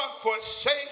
forsake